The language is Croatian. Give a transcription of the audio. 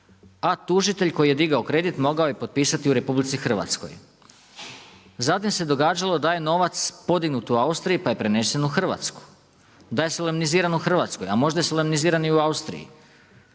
a tužitelj koji je digao kredit, mogao je potpisati u RH. Zatim se događalo da je novac podignut u Austriji pa je prenesen u Hrvatsku, da je solemniziran u Hrvatskoj, a možda je solemniziran i u Austriji.